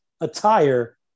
attire